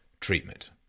treatment